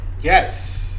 Yes